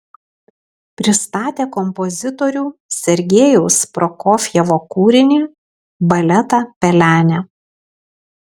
pristatė kompozitorių sergejaus prokofjevo kūrinį baletą pelenė